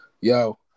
Yo